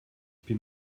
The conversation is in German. bin